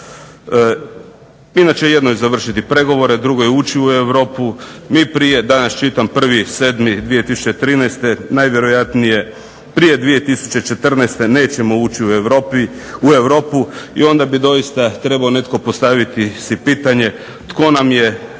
Inače jedno je završiti pregovore, drugo je ući u Europu, mi prije, danas čitam 1.7.2013. najvjerojatnije prije 2014. nećemo ući u Europu, i onda bi doista trebao netko postaviti si pitanje tko nam je